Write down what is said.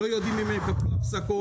לא יודעים אם יש להם הפסקות,